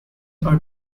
are